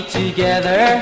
together